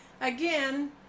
Again